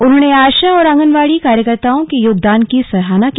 उन्होंने आशा और आंगनवाड़ी कार्यकर्ताओं के योगदान की सराहना की